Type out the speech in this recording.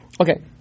okay